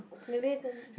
maybe then